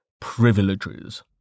privileges